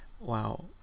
wow